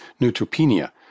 neutropenia